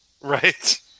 Right